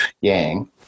Yang